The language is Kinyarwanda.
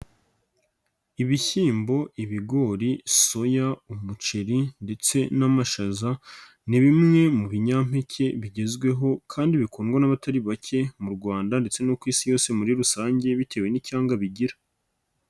Ibishyimbo, ibigori, soya, umuceri ndetse n'amashaza ni bimwe mu binyampeke bigezweho kandi bikundwa n'abatari bake mu Rwanda ndetse no ku isi yose muri rusange bitewe n'icyanga bigira.